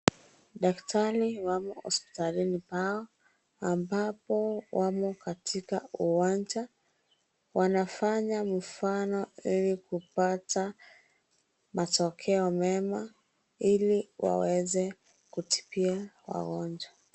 Daktari wamo hospitalini pao, ambapo wamo katika uwanja. Wanafanya mfano ili kupata matokeo mema ili waweze kutibiwa wagonjwa.